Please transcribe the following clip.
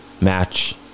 match